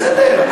בסדר.